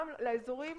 גם לאזורים